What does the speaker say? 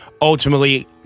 ultimately